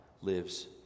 lives